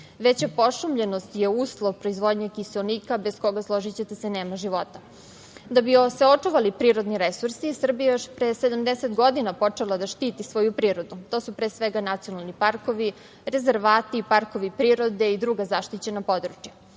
Veća pošumljenost je uslov proizvodnje kiseonika, bez koga, složićete se, nema života. Da bi se očuvali prirodni resursi, Srbija je još pre 70 godina počela da štiti svoju prirodu. To su pre svega nacionalni parkovi, rezervati, parkovi prirode i druga zaštićena područja.